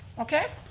okay?